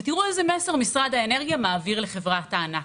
ותראו איזה מסר משרד האנרגיה מעביר לחברת הענק.